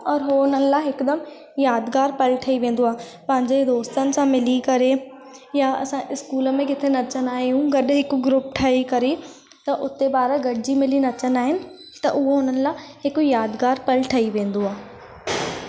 और उहो हुननि लाइ हिकदमि यादिगारु पल ठही वेंदो आहे पंहिंजे दोस्तनि सां मिली करे या असां स्कूल में किथे नचंदा आहियूं गॾु हिकु ग्रूप ठही करे त हुते ॿार गॾिजी मिली नचंदा आहिनि त उहो हुननि लाइ हिकु यादिगारु पल ठही वेंदो आहे